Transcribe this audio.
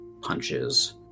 punches